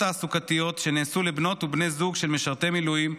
תעסוקתיות שנעשו לבנות ובני זוג של משרתי מילואים,